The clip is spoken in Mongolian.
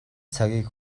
цагийг